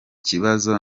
kibazo